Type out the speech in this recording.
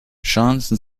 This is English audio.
johnson